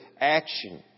action